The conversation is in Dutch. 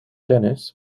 tennis